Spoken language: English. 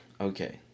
Okay